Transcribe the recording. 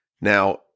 Now